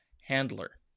handler